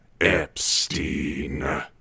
Epstein